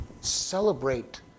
celebrate